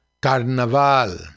Carnaval